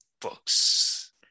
Books